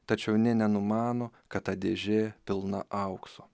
tačiau nė nenumano kad ta dėžė pilna aukso